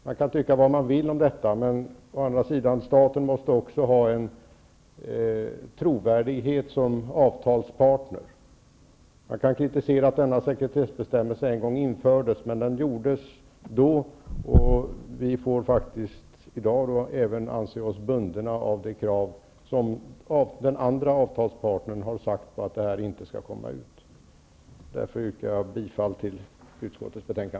Man kan tycka vad man vill om detta, men staten måste också ha en trovärdighet som avtalspartner. Man kan kritisera att denna sekretessbestämmelse en gång infördes, men det gjordes, och vi får i dag anse oss bundna av kravet från den andra avtalsparten på att innehållet i avtalet inte skall komma ut. Därför yrkar jag bifall till utskottets hemställan.